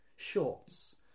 Shorts